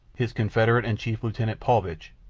his confederate and chief lieutenant, paulvitch,